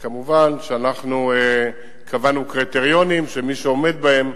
כמובן, אנחנו קבענו קריטריונים, ומי שעומדים בהם,